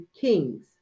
kings